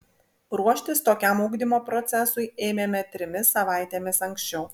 ruoštis tokiam ugdymo procesui ėmėme trimis savaitėmis anksčiau